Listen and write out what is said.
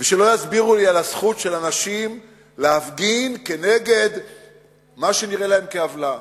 ושלא יסבירו לי על הזכות של אנשים להפגין נגד מה שנראה להם עוולה,